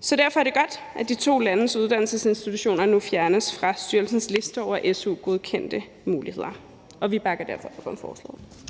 Så derfor er det godt, at de to landes uddannelsesinstitutioner nu fjernes fra styrelsens liste over su-godkendte muligheder, og vi bakker derfor op om forslaget.